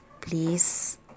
please